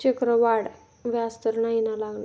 चक्रवाढ व्याज तर नाही ना लागणार?